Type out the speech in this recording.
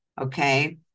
okay